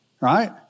Right